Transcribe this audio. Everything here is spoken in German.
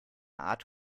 art